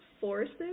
forces